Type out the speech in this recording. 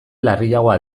larriagoa